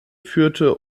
führe